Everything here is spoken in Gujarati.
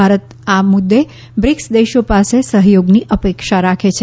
ભારત આ મુદ્દે બ્રિકસ દેશો પાસે સહયોગની અપેક્ષા રાખે છે